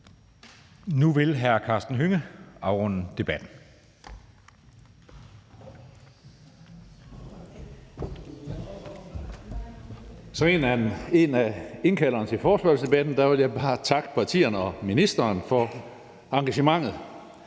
Nu vil hr. Karsten Hønge afrunde debatten.